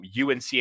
UNC